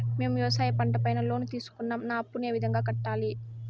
మేము వ్యవసాయ పంట పైన లోను తీసుకున్నాం నా అప్పును ఏ విధంగా కట్టాలి